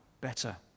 better